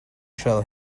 shall